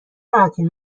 راحتین